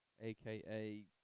aka